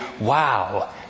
wow